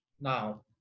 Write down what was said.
now